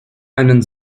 einen